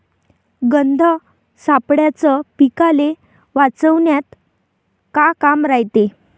गंध सापळ्याचं पीकाले वाचवन्यात का काम रायते?